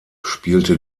spielte